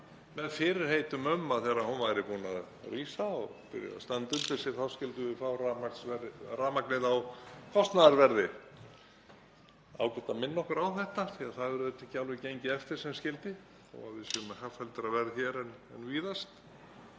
með fyrirheitum um að þegar hún væri búin að rísa og standa undir sér þá skyldum við fá rafmagnið á kostnaðarverði, ágætt að minna okkur á þetta því að það hefur auðvitað ekki alveg gengið eftir sem skyldi þótt við séum með hagfelldara verð hér en víðast.